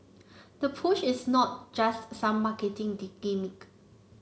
the push is not just some marketing gimmick